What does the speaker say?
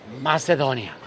Macedonia